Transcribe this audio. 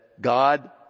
God